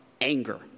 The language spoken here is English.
anger